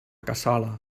cassola